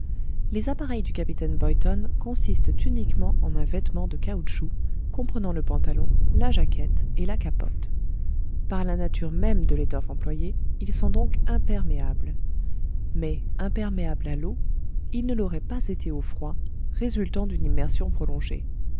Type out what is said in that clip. les appareils du capitaine boyton consistent uniquement eu un vêtement de caoutchouc comprenant le pantalon la jaquette et la capote par la nature même de l'étoffe employée ils sont donc imperméables mais imperméables à l'eau ils ne l'auraient pas été au froid résultant d'une immersion prolongée